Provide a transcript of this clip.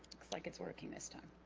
looks like it's working this time